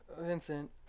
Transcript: Vincent